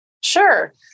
Sure